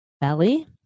belly